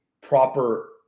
proper